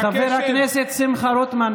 חבר הכנסת שמחה רוטמן,